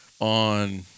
on